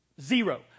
Zero